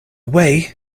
way